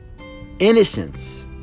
Innocence